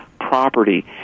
property